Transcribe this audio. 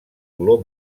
color